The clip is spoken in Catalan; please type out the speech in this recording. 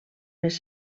les